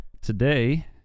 today